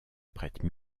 prête